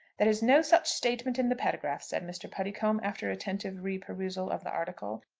there is no such statement in the paragraph, said mr. puddicombe, after attentive reperusal of the article.